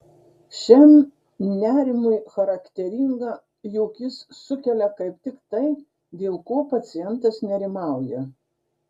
šiam nerimui charakteringa jog jis sukelia kaip tik tai dėl ko pacientas nerimauja